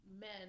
men